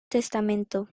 testamento